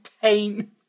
pain